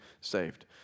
saved